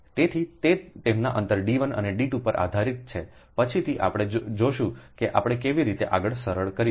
તેથી તે તેમના અંતર D1 અને D2 પર આધારીત છે પછીથી આપણે જોશું કે આપણે કેવી રીતે આગળ સરળ કરીશું